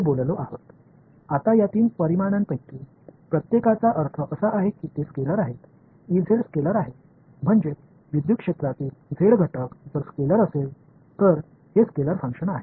இப்போது இந்த மூன்று அளவுகளில் ஒவ்வொன்றும் அவை ஸ்கேலார் என்று நான் சொல்வது மின்சார புலத்தின் z கூறு என்றால் ஸ்கேலார் எனவே இது ஸ்கேலார் செயல்பாடு